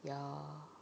ya